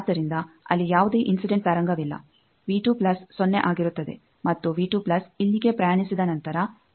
ಆದ್ದರಿಂದ ಅಲ್ಲಿ ಯಾವುದೇ ಇನ್ಸಿಡೆಂಟ್ ತರಂಗವಿಲ್ಲ ಸೊನ್ನೆ ಆಗಿರುತ್ತದೆ ಮತ್ತು ಇಲ್ಲಿಗೆ ಪ್ರಯಾಣಿಸಿದ ನಂತರ ಇಲ್ಲಿ ಆಗಿ ಹೊರಬರುತ್ತದೆ